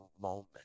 moment